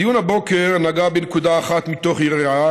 הדיון הבוקר נגע בנקודה אחת מתוך יריעה